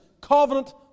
covenant